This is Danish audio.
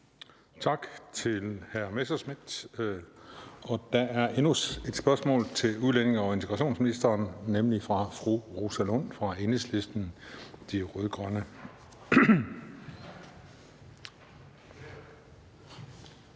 Tak til hr. Morten Messerschmidt. Der er endnu et spørgsmål til udlændinge- og integrationsministeren, og det er fra fru Rosa Lund fra Enhedslisten – De Rød-Grønne.